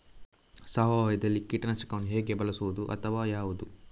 ಸಾವಯವದಲ್ಲಿ ಕೀಟನಾಶಕವನ್ನು ಹೇಗೆ ಬಳಸುವುದು ಅಥವಾ ಯಾವುದು?